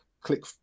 click